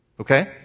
Okay